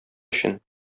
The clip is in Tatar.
өчен